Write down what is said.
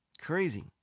Crazy